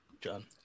John